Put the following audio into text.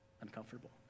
Uncomfortable